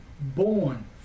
born